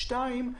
שניים,